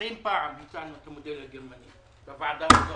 20 פעם נתנו את המודל הגרמני בוועדה הזאת.